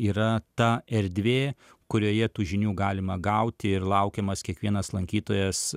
yra ta erdvė kurioje tų žinių galima gauti ir laukiamas kiekvienas lankytojas